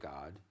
God